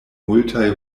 multaj